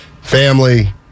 family